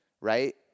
right